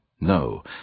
No